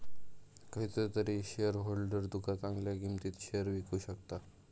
खयचो तरी शेयरहोल्डर तुका चांगल्या किंमतीत शेयर विकु शकता